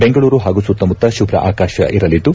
ಬೆಂಗಳೂರು ಹಾಗೂ ಸುತ್ತಮುತ್ತ ಶುಜ್ಜ ಆಕಾಶ ಇರಲಿದ್ದು